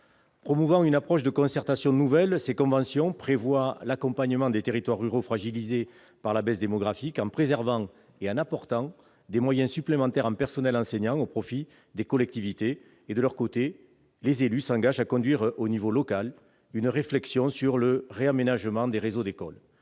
Promouvant une approche de concertation nouvelle, ces conventions prévoient l'accompagnement des territoires ruraux fragilisés par la baisse démographique en préservant l'existant et en apportant des moyens supplémentaires en personnels enseignants, au profit des collectivités. De leur côté, les élus s'engagent à conduire au niveau local une réflexion sur le réaménagement des réseaux d'écoles.